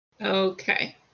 Okay